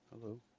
Hello